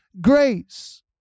grace